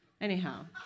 Anyhow